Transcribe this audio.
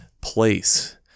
place